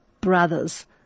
brothers